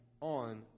on